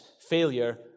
Failure